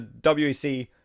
WEC